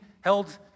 held